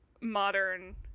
modern